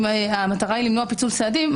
אם המטרה היא למנוע פיצול סעדים,